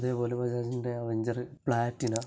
അതേപോലെ ബജാജിൻ്റെ അവഞ്ചറ് പ്ലാറ്റിന